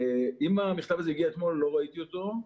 אם המכתב הזה התקבל אתמול לא ראיתי אותו,